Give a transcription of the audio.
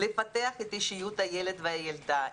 לפתח את אישיות הילד והילדה,